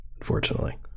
Unfortunately